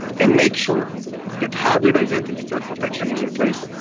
and make sure that hybrid identity threat protection is in place,